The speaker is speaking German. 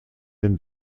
den